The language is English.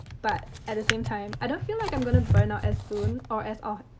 but at the same time i don't feel like i'm gonna burn out as soon or as ah